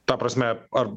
ta prasme ar